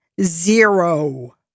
Zero